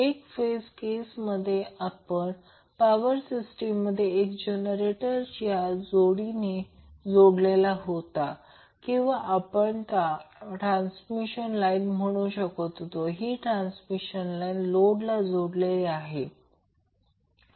एक फेज केसमध्ये पॉवर सिस्टीममध्ये एक जनरेटर जो जोडीने जोडलेला होता किंवा त्याला आपण ट्रान्समिशन लाईन म्हणू शकतो ही लाईन लोडला जोडलेली आहे